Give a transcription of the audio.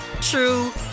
true